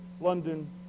London